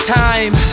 time